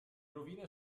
rovine